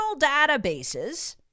databases